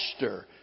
Master